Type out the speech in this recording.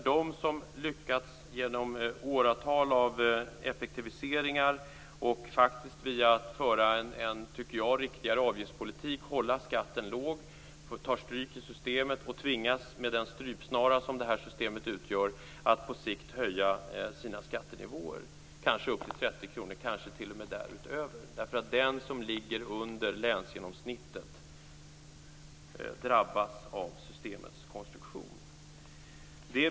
De som lyckats genom åratal av effektiviseringar och genom att föra en, som jag tycker, riktigare avgiftspolitik och därmed lyckats hålla skatten låg får ta stryk i systemet och tvingas, med den strypsnara som systemet utgör, att på sikt höja skattenivån kanske upp till 30 kr, t.o.m. därutöver. Den som ligger under länsgenomsnittet drabbas av systemets konstruktion.